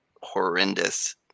horrendous